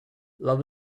love